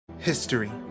History